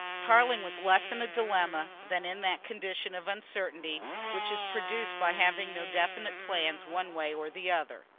tarling was less in a dilemma than in that condition of uncertainty which is produced by having no definite plans one way or the other.